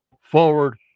forward